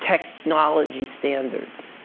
technology standards,